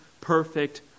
perfect